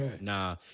nah